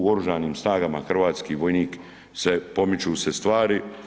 U Oružanim snagama hrvatski vojnik se, pomiču se stvari.